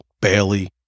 Bailey